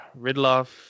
ridloff